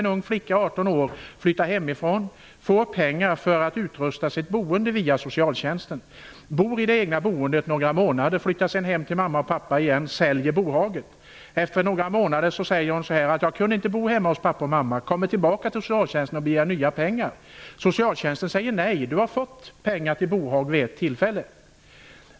En ung flicka på 18 år flyttar hemifrån och får pengar för att utrusta sitt boende via socialtjänsten. Hon bor där några månader, flyttar sedan hem till mamma och pappa igen och säljer bohaget. Efter ytterligare några månader säger hon att hon inte kan bo hemma hos pappa och mamma och begär nya pengar av socialtjänsten. Socialtjänsten säger nej och menar att hon redan har fått pengar till bohag vid ett tillfälle.